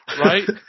right